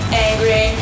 angry